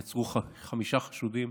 נעצרו חמישה חשודים,